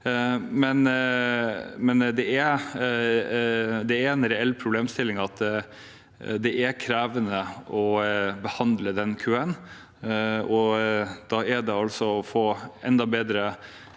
det. Det er en reell problemstilling at det er krevende å behandle den køen. Da må man få enda bedre